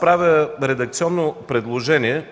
Правя редакционно предложение